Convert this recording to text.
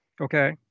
okay